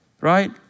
right